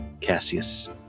Cassius